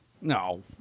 no